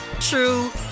true